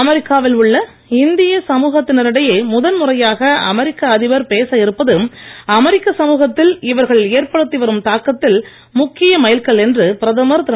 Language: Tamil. அமெரிக்காவில் உள்ள இந்திய சமுகத்தினரிடையே முதன்முறையாக அமெரிக்கா அதிபர் பேச இருப்பது அமெரிக்கா சமுகத்தில் இவர்கள் ஏற்படுத்தி வரும் தாக்கத்தில் முக்கிய மைல்கல் என்று பிரதமர் திரு